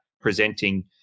presenting